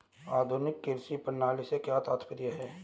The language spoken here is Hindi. आधुनिक कृषि प्रणाली से क्या तात्पर्य है?